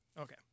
Okay